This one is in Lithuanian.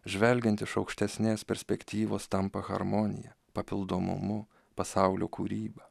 žvelgiant iš aukštesnės perspektyvos tampa harmonija papildomumu pasaulio kūryba